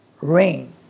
rain